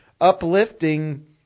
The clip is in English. uplifting